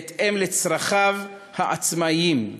בהתאם לצרכיו העצמיים,